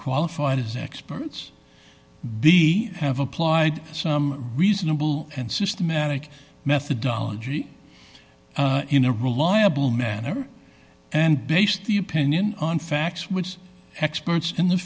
qualified as experts be have applied some reasonable and systematic methodology in a reliable manner and base the opinion on facts which experts in the